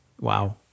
Wow